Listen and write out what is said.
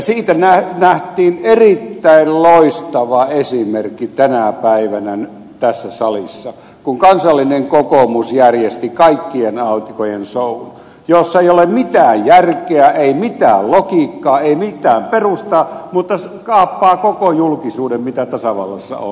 siitä nähtiin erittäin loistava esimerkki tänä päivänä tässä salissa kun kansallinen kokoomus järjesti kaikkien aikojen shown jossa ei ole mitään järkeä ei mitään logiikkaa ei mitään perustaa mutta se kaappaa koko julkisuuden mitä tasavallassa on